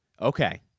Okay